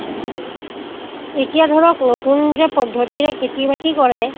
এতিয়া ধৰক নতুনকৈ পদ্ধতিৰে খেতি বাতি কৰে